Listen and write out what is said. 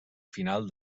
final